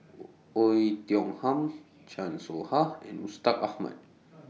Oei Tiong Ham Chan Soh Ha and Mustaq Ahmad